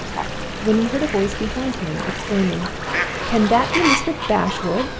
when he heard a voice behind him, exclaiming can that be mr. bashwood!